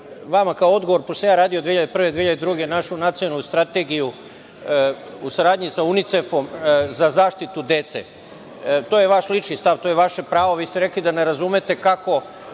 vama kao odgovor, pošto sam ja radio 2001, 2002. godine, našu Nacionalnu strategiju u saradnji sa UNICEF-om za zaštitu dece. To je Vaš lični stav, to je Vaše pravo. Vi ste rekli da ne razumete kako